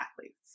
athletes